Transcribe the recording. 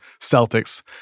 Celtics